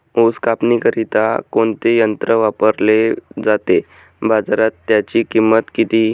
ऊस कापणीकरिता कोणते यंत्र वापरले जाते? बाजारात त्याची किंमत किती?